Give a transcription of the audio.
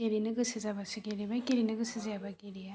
गेलेनो गोसो जाबासो गेलेबाय गेलेनो गोसो जायाबा गेलेया